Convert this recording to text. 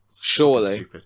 Surely